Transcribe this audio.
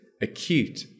acute